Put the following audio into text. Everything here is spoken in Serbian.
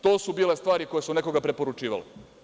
To su bile stvari koje su nekoga preporučivale.